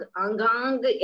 angang